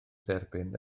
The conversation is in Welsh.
dderbyn